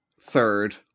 third